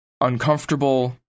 uncomfortable